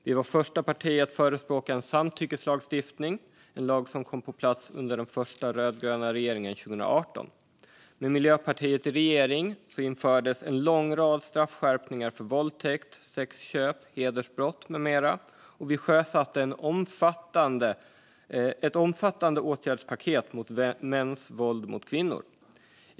Vi var det första partiet att förespråka en samtyckeslagstiftning, en lag som kom på plats under den första rödgröna regeringen 2018. Med Miljöpartiet i regering infördes en lång rad straffskärpningar för våldtäkt, sexköp, hedersbrott med mera, och vi sjösatte ett omfattande åtgärdspaket mot mäns våld mot kvinnor.